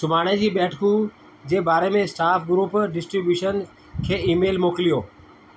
सुभाणे जी बैठकूं जे बारे में स्टॉफ ग्रुप डिस्ट्रीब्यूशन खे ईमेल मोकिलियो